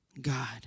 God